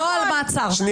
לא על מעצר.